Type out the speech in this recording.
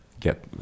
get